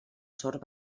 sort